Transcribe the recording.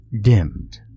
dimmed